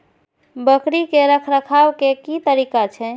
बकरी के रखरखाव के कि तरीका छै?